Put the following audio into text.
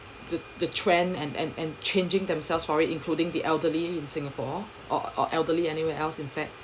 the the trend and and and changing themselves for it including the elderly in singapore or or elderly anywhere else in fact